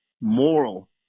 moral